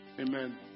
Amen